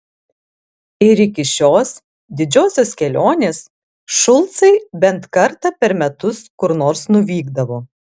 ir iki šios didžiosios kelionės šulcai bent kartą per metus kur nors nuvykdavo